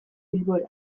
bilbora